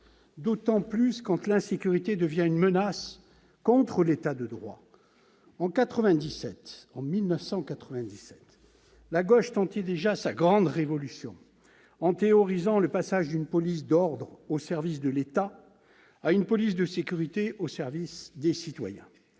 d'autant plus quand l'insécurité devient une menace contre l'État de droit. En 1997, la gauche tentait déjà sa grande révolution, en théorisant le passage d'une police d'ordre au service de l'État à une police de sécurité au service du citoyen,